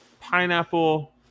Pineapple